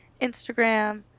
Instagram